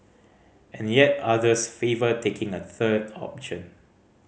and yet others favour taking a third option